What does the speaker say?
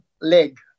leg